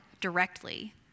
directly